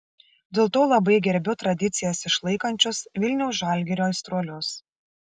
dėl to labai gerbiu tradicijas išlaikančius vilniaus žalgirio aistruolius